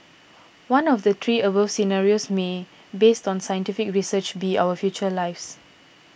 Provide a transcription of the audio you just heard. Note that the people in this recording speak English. one of the three above scenarios may based on scientific research be our future lives